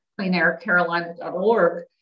cleanaircarolina.org